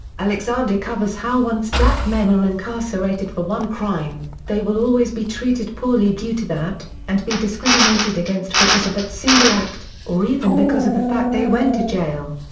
alexander covers how once black men are incarcerated for one crime, they will always be treated poorly due to that, and be discriminated against because of that single act, or even because of the fact they went to jail.